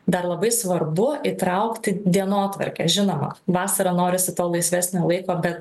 dar labai svarbu įtraukti dienotvarkę žinoma vasarą norisi laisvesnio laiko bet